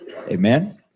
Amen